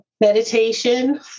Meditation